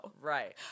Right